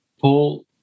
Paul